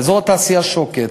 באזור התעשייה שוקת,